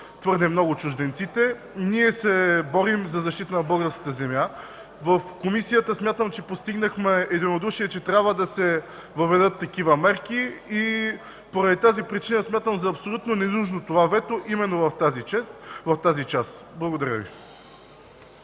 твърде много чужденците. Ние се борим за защита на българската земя. В комисията, смятам, че постигнахме единодушие, че трябва да се въведат такива мерки. Поради тази причина смятам за абсолютно ненужно това вето именно в тази част. Благодаря Ви.